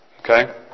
Okay